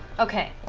okay.